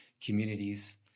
communities